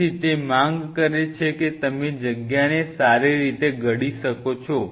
તેથી તે માંગ કરે છે કે તમે જગ્યાને સારી રીતે ઘડી કાઢો